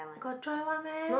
got dried one meh